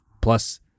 plus